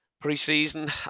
pre-season